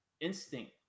instinct